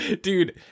Dude